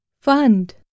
Fund